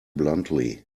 bluntly